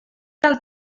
del